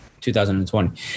2020